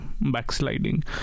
backsliding